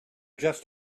just